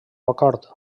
acord